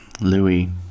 Louis